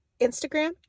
instagram